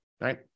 right